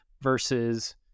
versus